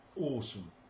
awesome